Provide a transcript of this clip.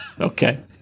Okay